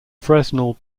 fresnel